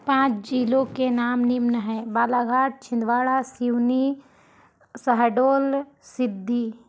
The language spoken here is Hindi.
पाँच जिलों के नाम निम्न हैं बालाघाट छिंदवाडा सिवनी शहडोल सिद्धि